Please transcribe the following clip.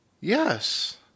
Yes